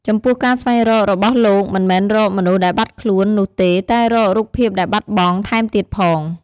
ចំពោះការស្វែងរករបស់លោកមិនមែនរក "មនុស្សដែលបាត់ខ្លួន" នោះទេតែរក "រូបភាពដែលបាត់បង់"ថែមទៀតផង។